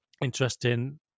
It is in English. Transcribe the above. interesting